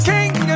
King